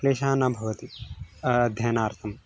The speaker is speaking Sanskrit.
क्लेशः न भवति अध्ययनार्थं